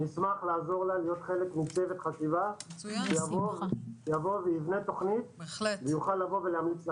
אשמח לעזור לה להיות חלק מצוות חשיבה שיבנה תוכנית ויוכל להמליץ לוועדה.